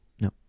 No